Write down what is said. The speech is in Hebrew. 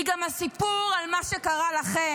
היא גם הסיפור על מה שקרה לכם,